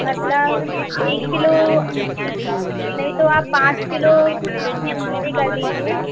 मतलब एक किलो नहीं तो आप पाँच किलो भटे कर दीजिए